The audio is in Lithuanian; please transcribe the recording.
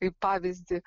kaip pavyzdį